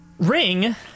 Ring